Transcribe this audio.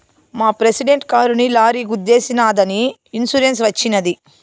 మా ప్రెసిడెంట్ కారుని లారీ గుద్దేశినాదని ఇన్సూరెన్స్ వచ్చినది